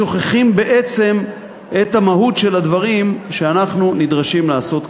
שוכחים בעצם את המהות של הדברים שאנחנו נדרשים לעשות כמדינה.